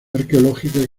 arqueológica